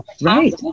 right